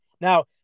Now